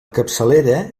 capçalera